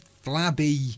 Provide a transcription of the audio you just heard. flabby